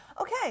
Okay